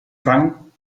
fangen